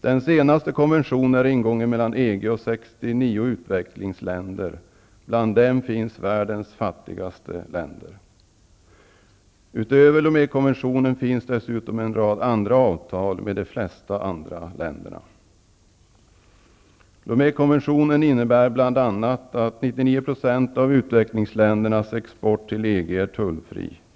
Den senaste konventionen är ingången mellan EG och 69 utvecklingsländer, bland dem världens fattigaste länder. Utöver Lomékonventionen finns dessutom en rad andra avtal med de flesta andra länder. Lomékonventionen innebär bl.a. att 99 % av utvecklingsländernas export till EG är tullfri.